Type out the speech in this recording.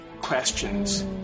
Questions